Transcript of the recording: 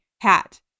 Hat